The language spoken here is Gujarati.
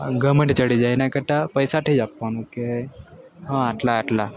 ઘમંડ ચડી જાય એના કરતા પૈસાથી જ આપવાનું કે હા આટલા આટલા